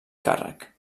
càrrec